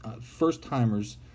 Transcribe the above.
first-timers